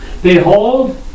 Behold